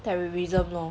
terrorism lor